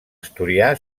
asturià